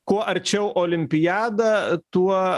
kuo arčiau olimpiada tuo